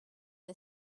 the